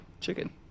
chicken